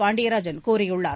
பாண்டியராஜன் கூறியுள்ளார்